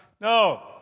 No